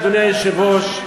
אדוני היושב-ראש,